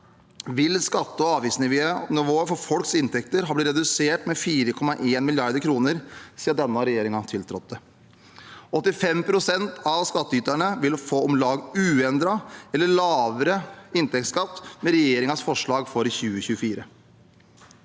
vil skatte- og avgiftsnivået for folks inntekter ha blitt redusert med 4,1 mrd. kr siden denne regjeringen tiltrådte. 85 pst. av skattyterne vil få om lag uendret eller lavere inntektsskatt med regjeringens forslag for 2024.